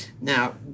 Now